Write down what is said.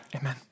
Amen